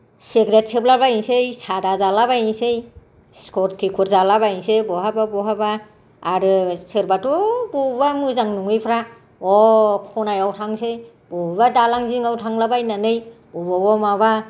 cigarette सोबलाबायनोसै सादा जालाबायनोसै शिखर तिखर जालाबायनोसै बहाबा बहाबा आरो सोरबाथ' बबावबा मोजां नङैफ्रा अ खनायाव थांनोसै बबेबा दालां जिङाव थांलाबायनानै बबावबा माबा